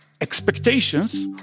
expectations